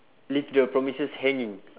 leave the promises hanging